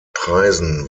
preisen